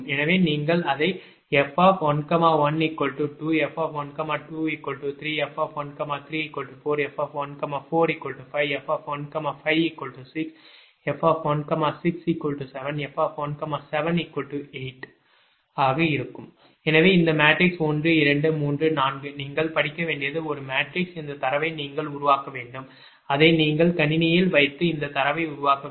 எனவே நீங்கள் அதைf112 f123 f134 f145 f156 f167 f178 எனவே இந்த மேட்ரிக்ஸ் 1 2 3 4 நீங்கள் படிக்க வேண்டியது ஒரு மேட்ரிக்ஸ் இந்த தரவை நீங்கள் உருவாக்க வேண்டும் அதை நீங்கள் கணினியில் வைத்து இந்த தரவை உருவாக்க வேண்டும்